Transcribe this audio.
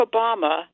Obama